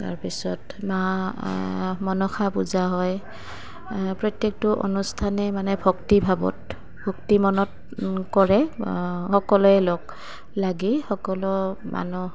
তাৰ পিছত মা মনসা পূজা হয় প্ৰত্যেকটো অনুষ্ঠানেই মানে ভক্তি ভাৱত ভক্তি মনত কৰে সকলোৱে লগ লাগি সকলো মানুহ